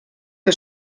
que